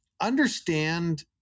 understand